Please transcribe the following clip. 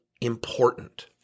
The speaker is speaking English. important